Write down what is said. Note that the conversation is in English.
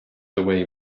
away